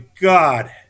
God